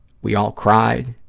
we all cried,